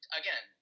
again